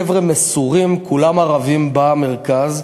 חבר'ה מסורים, כולם ערבים שם במרכז,